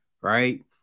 right